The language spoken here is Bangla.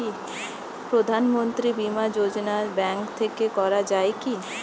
প্রধানমন্ত্রী বিমা যোজনা ব্যাংক থেকে করা যায় কি?